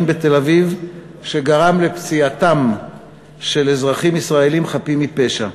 בתל-אביב שגרם לפציעתם של אזרחים ישראלים חפים מפשע.